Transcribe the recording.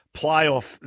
playoff